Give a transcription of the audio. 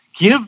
give